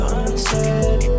unsaid